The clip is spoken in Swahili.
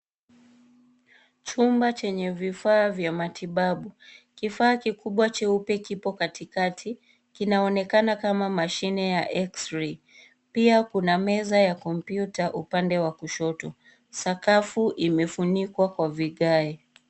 Chumba chenye vifaa vya matibabu. Kifaa kikubwa cheupe kipo katikati, kinaonekana kama mashine ya x-ray . Pia kuna meza ya kompyuta upande wa kushoto. Sakafu imefunikwa kwa vigae.